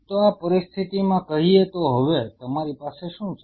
તો આ પરિસ્થિતિમાં કહીએ તો હવે તમારી પાસે શું છે